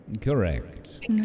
Correct